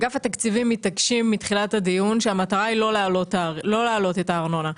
אגף התקציבים מתעקשים מתחילת הדיון שהמטרה היא לא להעלות את הארנונה,